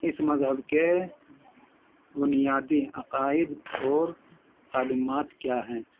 اس مذہب کے بنیادی عقائد اور تعلیمات کیا ہیں